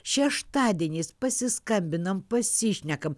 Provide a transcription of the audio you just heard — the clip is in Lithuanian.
šeštadieniais pasiskambinam pasišnekam